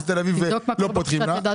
במחוז תל אביב לא פותחים לה.